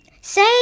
say